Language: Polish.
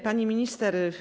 Pani Minister!